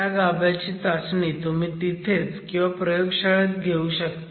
त्या गाभ्याची चाचणी तुम्ही तिथेच किंवा प्रयोगशाळेत घेऊ शकता